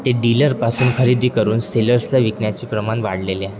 ते डीलरपासून खरेदी करून सेलर्सला विकण्याचे प्रमाण वाढलेले आहे